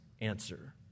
answer